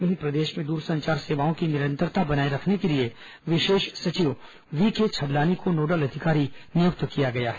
वहीं प्रदेश में दूरसंचार सेवाओं की निरंतरता बनाए रखने के लिए विशेष सचिव व्ही के छबलानी को नोडल अधिकारी नियुक्त किया गया है